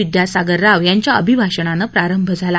विद्यासागर राव यांच्या अभिभाषणानं प्रारंभ झाला